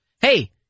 Hey